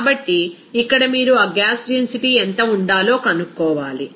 కాబట్టి ఇక్కడ మీరు ఆ గ్యాస్ డెన్సిటీ ఎంత ఉండాలో కనుక్కోవాలి